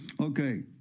Okay